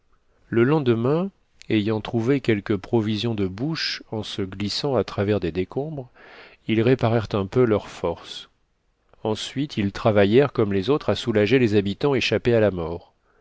le lendemain ayant trouvé quelques provisions de bouche en se glissant à travers des décombres ils réparèrent un peu leurs forces ensuite ils travaillèrent comme les autres à soulager les habitants échappés à la mort